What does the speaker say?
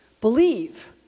believe